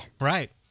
Right